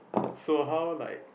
so how like